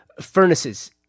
Furnaces